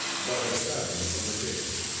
but a shabby imitation.